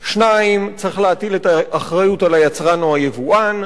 2. צריך להטיל את האחריות על היצרן או היבואן,